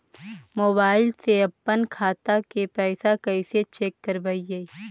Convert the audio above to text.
Mobile से अपन खाता के पैसा कैसे चेक करबई?